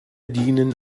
dienen